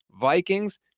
Vikings